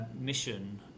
mission